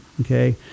okay